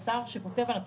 שזהות השר שחותם על התקנות,